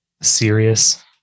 serious